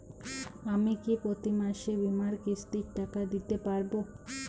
আমি কি প্রতি মাসে বীমার কিস্তির টাকা দিতে পারবো?